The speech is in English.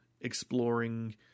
exploring